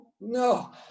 No